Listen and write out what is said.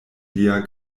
lia